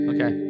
Okay